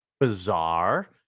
bizarre